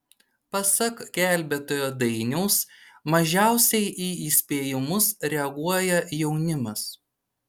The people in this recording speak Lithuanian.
pasak gelbėtojo dainiaus mažiausiai į įspėjimus reaguoja jaunimas